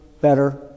better